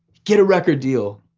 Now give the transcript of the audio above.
get a record deal.